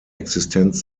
existenz